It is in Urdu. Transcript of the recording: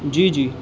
جی جی